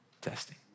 testing